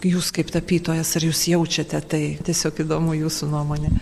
jūs kaip tapytojas ar jūs jaučiate tai tiesiog įdomu jūsų nuomonė